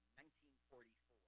1944